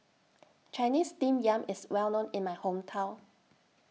Chinese Steamed Yam IS Well known in My Hometown